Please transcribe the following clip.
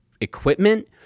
equipment